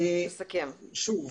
שוב,